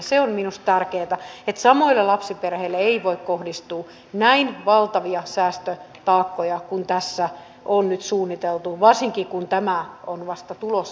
se on minusta tärkeää että samoille lapsiperheille ei voi kohdistua näin valtavia säästötaakkoja kuin tässä on nyt suunniteltu varsinkin kun tämä päivähoitomaksujen muutos on vasta tulossa